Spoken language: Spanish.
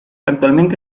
actualmente